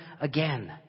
again